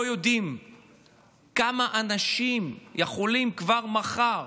לא יודעים כמה אנשים יכולים כבר מחר